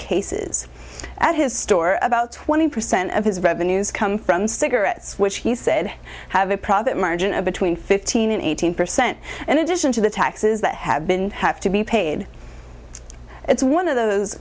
cases at his store about twenty percent of his revenues come from cigarettes which he said have a profit margin of between fifteen and eighteen percent in addition to the taxes that have been have to be paid it's one of those